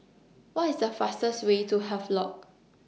What IS The fastest Way to Havelock